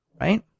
right